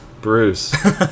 Bruce